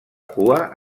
cua